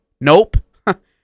nope